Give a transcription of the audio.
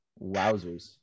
Wowzers